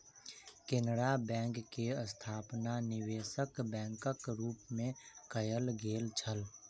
Canara bank के स्थापना निवेशक बैंकक रूप मे कयल गेल छल